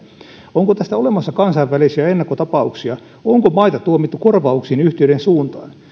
onko tästä olemassa kansainvälisiä ennakkotapauksia onko maita tuomittu korvauksiin yhtiöiden suuntaan